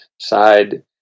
side